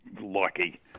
lucky